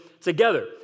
together